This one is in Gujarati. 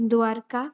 દ્વારકા